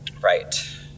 Right